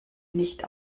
nicht